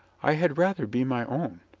i had rather be my own.